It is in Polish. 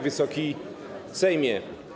Wysoki Sejmie!